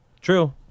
True